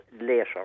later